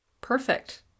Perfect